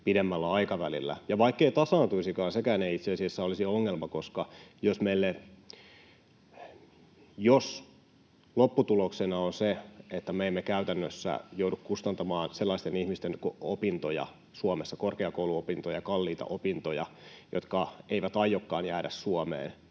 pidemmällä aikavälillä. Ja vaikkei tasaantuisikaan, sekään ei itse asiassa olisi ongelma, koska jos lopputuloksena on se, että me emme käytännössä joudu kustantamaan Suomessa sellaisten ihmisten korkeakouluopintoja, kalliita opintoja, jotka eivät aiokaan jäädä Suomeen,